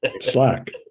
Slack